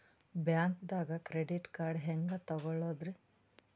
ಬ್ಯಾಂಕ್ದಾಗ credit card ಹೆಂಗ್ ತಗೊಳದ್ರಿ?